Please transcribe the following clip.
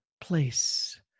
place